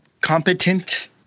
competent